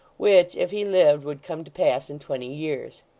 which, if he lived, would come to pass in twenty years.